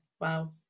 wow